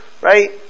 right